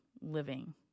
living